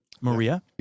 Maria